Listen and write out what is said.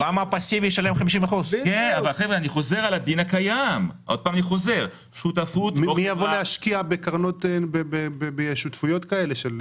50% או 47% עם הכסף, והכנסה פסיבית שאצלה